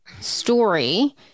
story